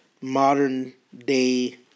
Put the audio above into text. modern-day